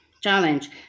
challenge